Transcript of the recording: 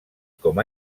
com